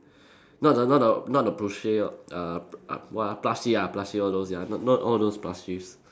not the not the not the plushie uh uh what ah plushie ah plushie all those ya not not all those plushies